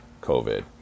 covid